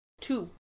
Two